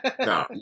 No